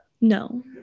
no